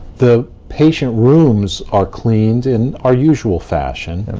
the patient rooms are cleaned in our usual fashion,